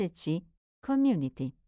community